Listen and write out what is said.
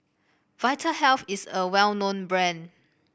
Vitahealth is a well known brand